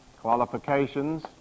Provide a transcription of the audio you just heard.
Qualifications